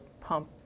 pump